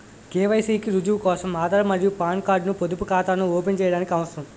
KYC కి రుజువు కోసం ఆధార్ మరియు పాన్ కార్డ్ ను పొదుపు ఖాతాను ఓపెన్ చేయడానికి అవసరం